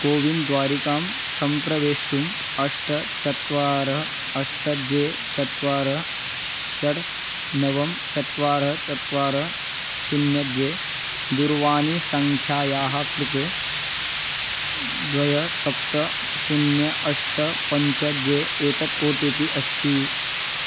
CoWIN द्वारिकां सम्प्रवेष्टुम् अष्ट चत्वारि अष्ट द्वे चत्वारि षट् नव चत्वारि चत्वारि शून्यं द्वे दूरवाणीसङ्ख्यायाः कृते द्वे सप्त शून्यं अष्ट पञ्च द्वे एतत् ओ टि पि अस्ति